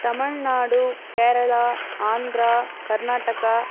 Tamil Nadu Kerala Andhra Karnataka